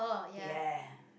ya